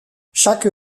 chaque